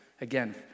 Again